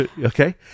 Okay